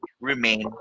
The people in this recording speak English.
remain